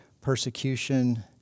persecution